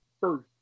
first